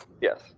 Yes